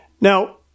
Now